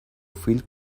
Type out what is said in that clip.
fill